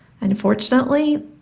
Unfortunately